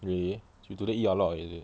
really you today eat a lot is it